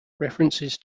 references